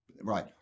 Right